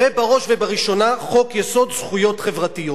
ובראש ובראשונה חוק-יסוד: זכויות חברתיות.